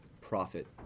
profit